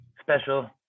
special